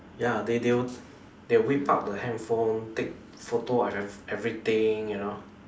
ya they they will they will whip out the handphone take photo of ev~ everything you know